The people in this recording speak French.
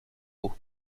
eau